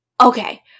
okay